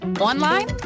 online